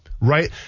Right